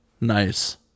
Nice